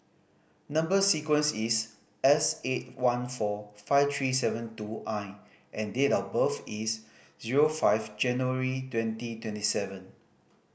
number sequence is S eight one four five three seven two I and date of birth is zero five January twenty twenty seven